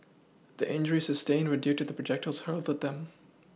the injuries sustained were due to projectiles hurled at them